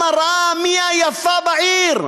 מראה, מראה, מי היפה בעיר.